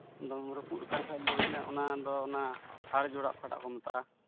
ᱟᱫᱚᱢ ᱨᱟᱹᱯᱩᱫ ᱟᱠᱟᱱ ᱠᱷᱟᱡ ᱞᱟᱹᱭ ᱢᱮ ᱚᱱᱟᱫᱚ ᱚᱱᱟ ᱦᱟᱲᱡᱳᱲᱟ ᱚᱠᱟᱴᱟᱜ ᱠᱚ ᱢᱮᱛᱟᱜᱼᱟ